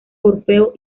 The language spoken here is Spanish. orfeo